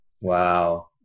Wow